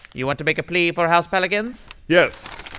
you want to make a plea for house pelicans? yes